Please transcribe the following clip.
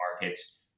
markets